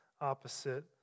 opposite